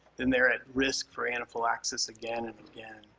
then they're at risk for anaphylaxis again and again.